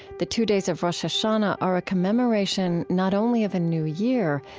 the two days of rosh hashanah are a commemoration, not only of a new year,